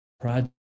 project